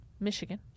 Michigan